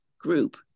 group